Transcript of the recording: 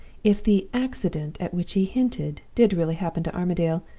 if the accident at which he hinted did really happen to armadale,